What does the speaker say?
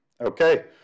Okay